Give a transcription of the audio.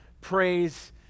praise